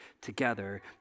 together